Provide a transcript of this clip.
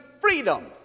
freedom